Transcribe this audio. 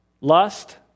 lust